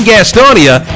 Gastonia